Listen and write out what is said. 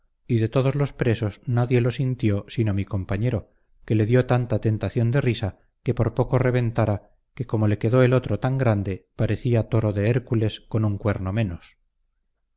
y de todos los presos nadie lo sintió sino mi compañero que le dio tanta tentación de risa que por poco reventara que como le quedó el otro tan grande parecía toro de hércules con un cuerno menos